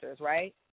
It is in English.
right